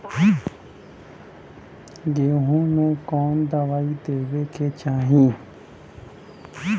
गेहूँ मे कवन दवाई देवे के चाही?